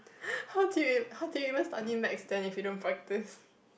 how did you how did you even study maths then if you don't practice